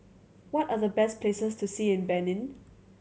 what are the best places to see in Benin